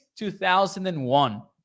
2001